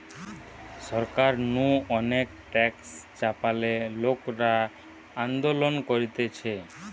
সরকার নু অনেক ট্যাক্স চাপালে লোকরা আন্দোলন করতিছে